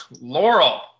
Laurel